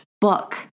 book